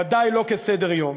בוודאי לא כסדר-יום.